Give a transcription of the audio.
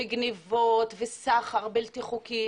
גניבות וסחר בלתי חוקי,